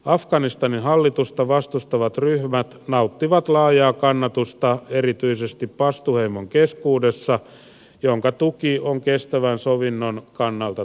afganistanin hallitusta vastustavat ryhmät nauttivat laajaa kannatusta erityisesti pastu heimon keskuudessa jonka tuki on kestävän sovinnon kannalta tärkeää